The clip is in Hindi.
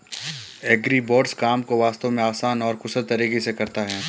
एग्रीबॉट्स काम को वास्तव में आसान और कुशल तरीके से करता है